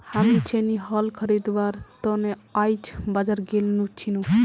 हामी छेनी हल खरीदवार त न आइज बाजार गेल छिनु